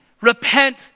Repent